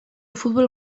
futbol